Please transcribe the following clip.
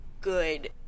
good